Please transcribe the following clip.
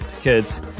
kids